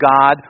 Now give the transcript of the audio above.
God